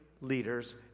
leaders